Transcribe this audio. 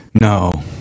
No